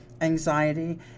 anxiety